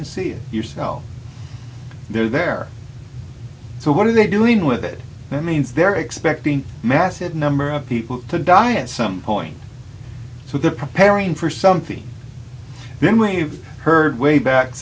and see it yourself there so what are they doing with it that means they're expecting massive number of people to die at some point so they're preparing for something then we've heard way back